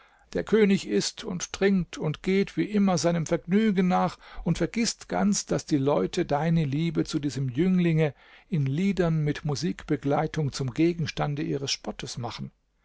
der könig ißt und trinkt und geht wie immer seinem vergnügen nach und vergißt ganz daß die leute deine liebe zu diesem jünglinge in liedern mit musikbegleitung zum gegenstande ihres spottes machen